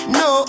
no